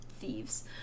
thieves